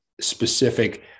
specific